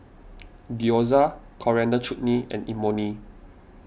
Gyoza Coriander Chutney and Imoni